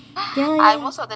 ya ya